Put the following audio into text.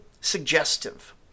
suggestive